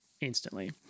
instantly